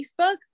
Facebook